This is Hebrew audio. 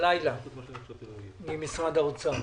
חלאילה ממשרד האוצר.